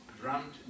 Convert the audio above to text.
drummed